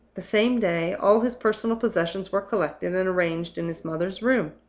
the same day, all his personal possessions were collected and arranged in his mother's room